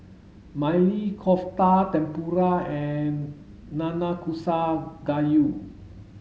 Maili Kofta Tempura and Nanakusa Gayu